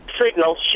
signal